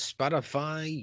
Spotify